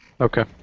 Okay